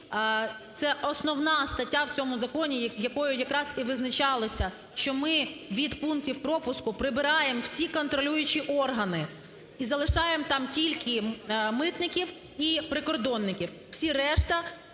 це основна стаття в цьому законі, якою якраз і визначалося, що ми від пунктів пропуску прибираємо всі контролюючі органи. І залишаємо там тільки митників і прикордонників, всі решта